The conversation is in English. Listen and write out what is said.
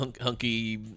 hunky